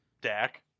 Dak